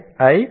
iisctagmail